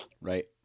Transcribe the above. Right